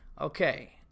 Okay